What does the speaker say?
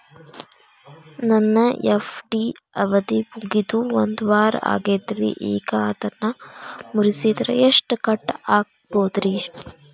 ನನ್ನ ಎಫ್.ಡಿ ಅವಧಿ ಮುಗಿದು ಒಂದವಾರ ಆಗೇದ್ರಿ ಈಗ ಅದನ್ನ ಮುರಿಸಿದ್ರ ಎಷ್ಟ ಕಟ್ ಆಗ್ಬೋದ್ರಿ?